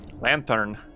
lantern